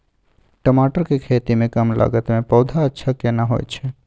टमाटर के खेती में कम लागत में पौधा अच्छा केना होयत छै?